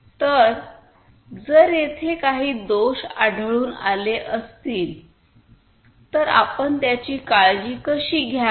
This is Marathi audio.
तर जर तेथे काही दोष आढळून आले असतील तर आपण त्याची काळजी कशी घ्याल